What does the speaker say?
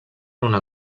una